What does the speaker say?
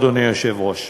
אדוני היושב-ראש,